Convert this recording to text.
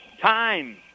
time